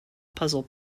puzzle